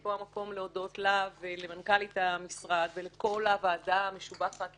ופה המקום להודות לה ולמנכ"לית המשרד ולכל הוועדה המשובחת